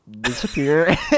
disappear